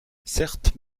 certes